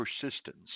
persistence